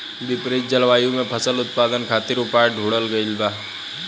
विपरीत जलवायु में फसल उत्पादन खातिर उपाय ढूंढ़ल गइल बा